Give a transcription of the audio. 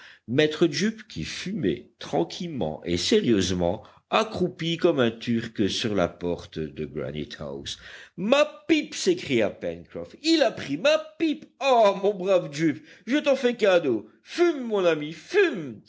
maître jup qui fumait tranquillement et sérieusement accroupi comme un turc sur la porte de granitehouse ma pipe s'écria pencroff il a pris ma pipe ah mon brave jup je t'en fais cadeau fume mon ami fume